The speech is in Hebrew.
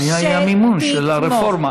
הבעיה היא המימון של הרפורמה.